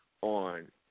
on